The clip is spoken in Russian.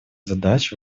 задач